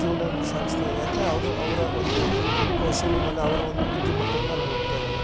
ಜೀವನವನ್ನು ಸಾಗ್ಸ್ತಾ ಇದೆ ಯಾಕೆ ಅದು ಅವರ ಒಂದು ಕೌಶಲ್ಯ ಮೇಲೆ ಅವರ ಒಂದು ಬುದ್ಧಿ ಮಟ್ಟದ ಮೇಲೆ ಹೋಗ್ತಾಯಿದೆ